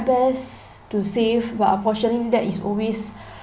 best to save but unfortunately that is always